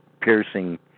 piercing